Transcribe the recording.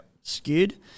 skewed